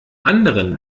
anderen